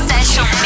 Session